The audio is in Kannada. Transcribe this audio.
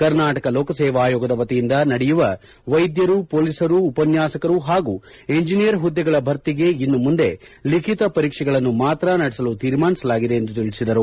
ಕರ್ನಾಟಕ ಲೋಕಸೇವಾ ಆಯೋಗದ ವತಿಯಿಂದ ನಡೆಯುವ ವೈದ್ಯರು ಪೊಲೀಸರು ಉಪನ್ಯಾಸಕರು ಹಾಗೂ ಇಂಜಿನಿಯರ್ ಹುದ್ದೆಗಳ ಭರ್ತಿಗೆ ಇನ್ನು ಮುಂದೆ ಲಿಖಿತ ಪರೀಕ್ಷೆಗಳನ್ನು ಮಾತ್ರಾ ನಡೆಸಲು ತೀರ್ಮಾನಿಸಲಾಗಿದೆ ಎಂದು ತಿಳಿಸಿದರು